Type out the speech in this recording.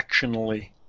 actionally